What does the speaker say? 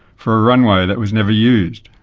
for a runway that was never used.